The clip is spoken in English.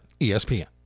ESPN